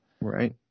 Right